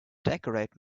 decorate